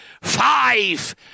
Five